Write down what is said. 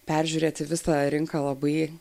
peržiūrėti visą rinką labai